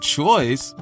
Choice